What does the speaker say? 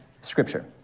Scripture